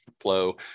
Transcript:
flow